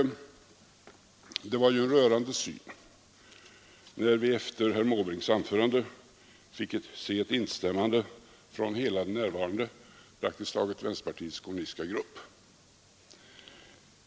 Det var ju en rörande syn när vi efter herr Måbrinks anförande fick se instämmanden från hela det närvarande vänsterpartiets kommunistiska grupp.